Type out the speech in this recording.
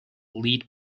lead